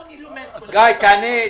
תענה.